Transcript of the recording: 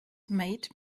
made